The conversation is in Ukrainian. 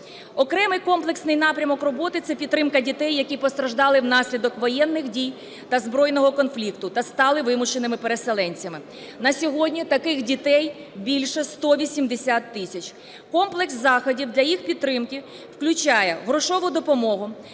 Окремий комплексний напрямок роботи – це підтримка дітей, які постраждали внаслідок воєнних дій та збройного конфлікту та стали вимушеними переселенцями. На сьогодні таких дітей більше 180 тисяч. Комплекс заходів для їх підтримки включає: грошову допомогу,